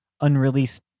unreleased